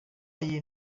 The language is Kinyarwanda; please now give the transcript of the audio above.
y’iyi